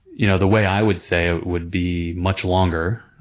you know, the way i would say it would be much longer.